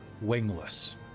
wingless